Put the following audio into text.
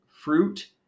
fruit